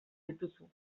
dituzu